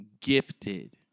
gifted